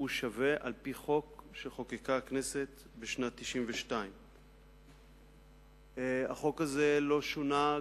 שווה על-פי חוק שחוקקה הכנסת בשנת 1992. החוק הזה לא שונה,